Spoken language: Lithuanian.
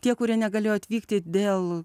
tie kurie negalėjo atvykti dėl